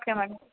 okay madam